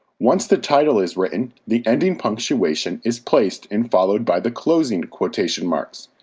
once the title is written, the ending punctuation is placed and followed by the closing quotation marks.